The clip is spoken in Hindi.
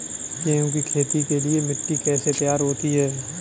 गेहूँ की खेती के लिए मिट्टी कैसे तैयार होती है?